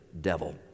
devil